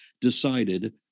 decided